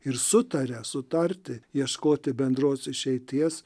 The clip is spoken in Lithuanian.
ir sutaria sutarti ieškoti bendros išeities